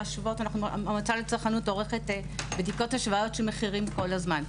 המועצה לצרכנות עורכת בדיקות של מחירים כל הזמן.